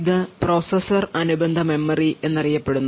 ഇത് പ്രോസസ്സർ അനുബന്ധ മെമ്മറി എന്നറിയപ്പെടുന്നു